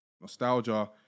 nostalgia